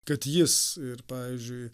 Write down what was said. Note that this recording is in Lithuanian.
kad jis ir pavyzdžiui